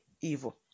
evil